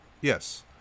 yes